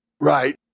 Right